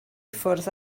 ffwrdd